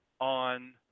on